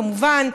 כמובן,